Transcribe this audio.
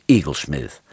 Eaglesmith